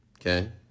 Okay